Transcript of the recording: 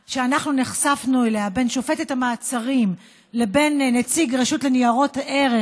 שנחשפנו אליה בין שופטת המעצרים לבין נציג הרשות לניירות ערך,